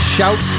Shout